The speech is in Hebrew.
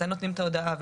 מתי נותנים את ההודעה?